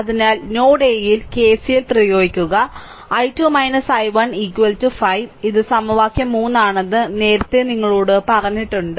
അതിനാൽ node A യിൽ KCL പ്രയോഗിക്കുക i2 i1 5 ഇത് സമവാക്യം 3 ആണെന്ന് നേരത്തെ നിങ്ങളോട് പറഞ്ഞിട്ടുണ്ട്